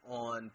on